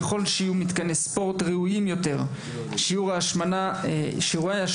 ככל שיהיו מתקני ספורט ראויים יותר שיעורי ההשמנה יירדו,